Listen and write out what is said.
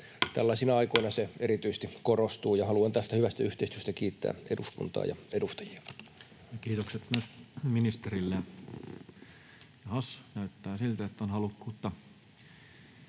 Tällaisina aikoina se erityisesti korostuu, ja haluan tästä hyvästä yhteistyöstä kiittää eduskuntaa ja edustajia. [Speech 140] Speaker: